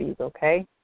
okay